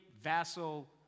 vassal